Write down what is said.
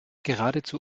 geradezu